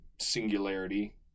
singularity